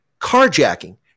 Carjacking